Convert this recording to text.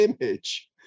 image